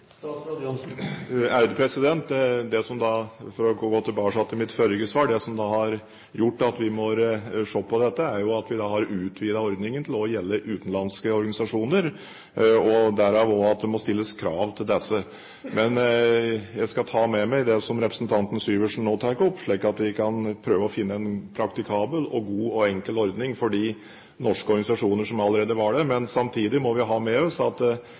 For å komme tilbake til mitt forrige svar: Det som har gjort at vi må se på dette, er at vi har utvidet ordningen til også å gjelde utenlandske organisasjoner, derav at det må stilles krav til disse. Men jeg skal ta med meg det som representanten Syversen nå tar opp, slik at vi kan prøve å finne en praktikabel, god og enkel ordning for de norske organisasjonene som allerede var der. Samtidig må vi ha med oss at